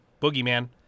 boogeyman